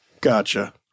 gotcha